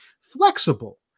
flexible